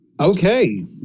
Okay